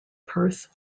perth